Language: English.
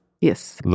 yes